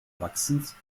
wachsens